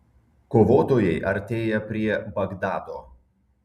kovotojai artėja prie bagdado